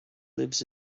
lives